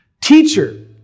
Teacher